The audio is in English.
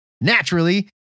Naturally